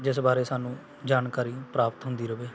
ਜਿਸ ਬਾਰੇ ਸਾਨੂੰ ਜਾਣਕਾਰੀ ਪ੍ਰਾਪਤ ਹੁੰਦੀ ਰਹੇ